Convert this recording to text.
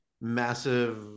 massive